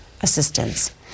assistance